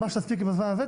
מה שתספיקי בזמן הזה,